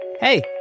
Hey